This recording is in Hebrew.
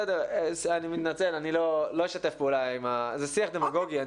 אני לא אשתף פעולה עם ה זה שיח דמגוגי,